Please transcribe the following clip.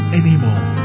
anymore